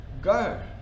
go